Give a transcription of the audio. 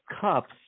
cups